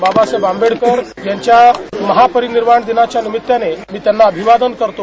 बाबासाहेब आंबेडकर यांच्या महापरिनिर्वाण दिनाच्यानिमित्तानं मी त्यांना अभिवादन करतो